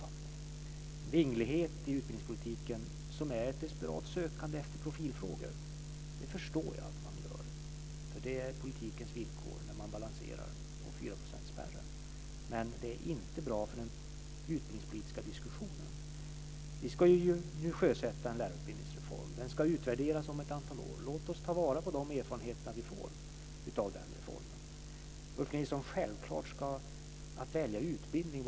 Denna vinglighet i utbildningspolitiken beror på ett desperat sökande efter profilfrågor, och det förstår jag att man ägnar sig åt. Det är politikens villkor när man balanserar på 4-procentsspärren. Men det är inte bra för den utbildningspolitiska diskussionen. Vi ska nu sjösätta en lärarutbildningsreform. Den ska utvärderas om ett antal år. Låt oss ta vara på de erfarenheter vi får av den reformen. Självklart, Ulf Nilsson, ska det vara en frivillig verksamhet att välja utbildning.